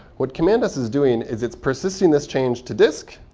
what command-s is doing is it's persisting this change to disk.